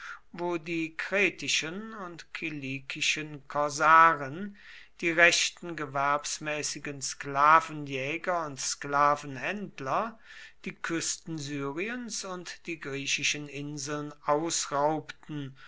wo die kretischen und kilikischen korsaren die rechten gewerbsmäßigen sklavenjäger und sklavenhändler die küsten syriens und die griechischen inseln